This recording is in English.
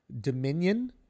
Dominion